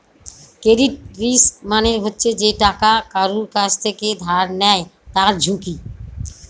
credit risk মানে হচ্ছে যে টাকা কারুর কাছ থেকে ধার নেয় তার ঝুঁকি